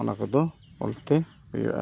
ᱚᱱᱟ ᱠᱚᱫᱚ ᱚᱞᱛᱮ ᱦᱩᱭᱩᱜᱼᱟ